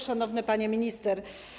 Szanowna Pani Minister!